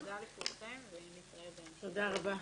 תודה רבה.